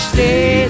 Stay